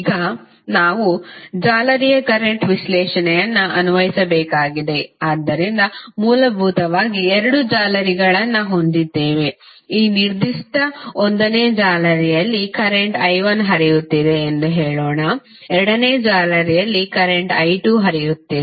ಈಗ ನಾವು ಜಾಲರಿಯ ಕರೆಂಟ್ ವಿಶ್ಲೇಷಣೆಯನ್ನು ಅನ್ವಯಿಸಬೇಕಾಗಿದೆ ಆದ್ದರಿಂದ ಮೂಲಭೂತವಾಗಿ ಎರಡು ಜಾಲರಿಗಳನ್ನು ಹೊಂದಿದ್ದೇವೆ ಈ ನಿರ್ದಿಷ್ಟ ಒಂದನೇ ಜಾಲರಿಯಲ್ಲಿ ಕರೆಂಟ್ I 1 ಹರಿಯುತ್ತಿದೆ ಎಂದು ಹೇಳೋಣಎರಡನೇ ಜಾಲರಿಯಲ್ಲಿ ಕರೆಂಟ್ I 2 ಹರಿಯುತ್ತಿದೆ